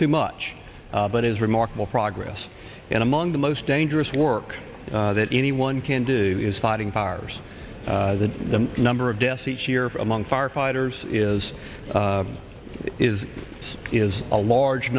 too much but is remarkable progress and among the most dangerous work that anyone can do is fighting fires that the number of deaths each year among firefighters is is it's is a large